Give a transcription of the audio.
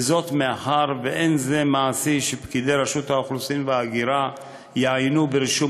וזאת מאחר שאין זה מעשי שפקידי רשות האוכלוסין וההגירה יעיינו ברישום